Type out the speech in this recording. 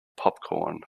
popcorn